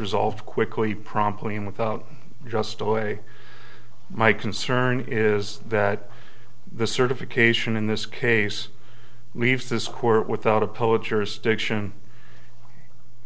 resolved quickly promptly and without just away my concern is that the certification in this case leaves this court without a poet jurisdiction